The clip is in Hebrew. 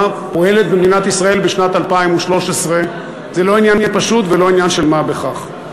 פועלת במדינת ישראל בשנת 2013. זה לא עניין פשוט ולא עניין של מה בכך.